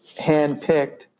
handpicked